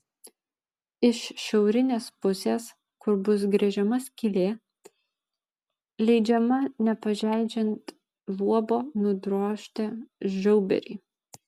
iš šiaurinės pusės kur bus gręžiama skylė leidžiama nepažeidžiant luobo nudrožti žiauberį